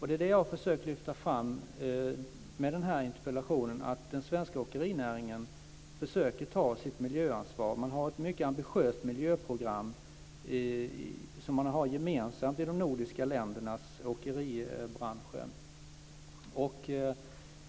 Det är det jag har försökt att lyfta fram med den här interpellationen. Den svenska åkerinäringen försöker ta sitt miljöansvar. Man har ett mycket ambitiöst miljöprogram som man har gemensamt i de nordiska ländernas åkeribranscher.